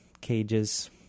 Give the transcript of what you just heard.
cages